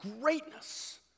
greatness